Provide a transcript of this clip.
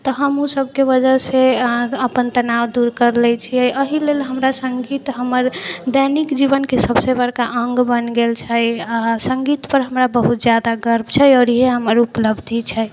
तऽ हम ओसबके वजहसँ अपन तनाव दूर करि लै छिए एहि लेल हमरा सङ्गीत हमर दैनिक जीवनके सबसँ बड़का अङ्ग बनि गेल छै आओर सङ्गीतपर हमरा बहुत ज्यादा गर्व छै आओर इएह हमर उपलब्धि छै